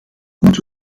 moeten